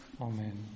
Amen